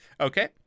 Okay